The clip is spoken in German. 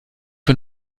von